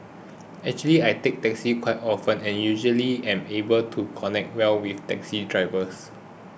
actually I take taxis quite often and usually am able to connect well with taxi drivers